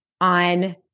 on